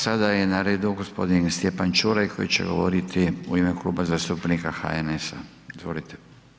Sada je na redu g. Stjepan Čuraj koji će govoriti u ime Kluba zastupnika HNS-a. izvolite.